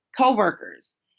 co-workers